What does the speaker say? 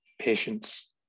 patience